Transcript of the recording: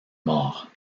mort